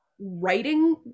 writing